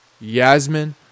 Yasmin